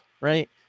right